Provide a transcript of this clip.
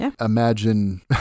imagine